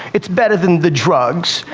it's better than the drugs.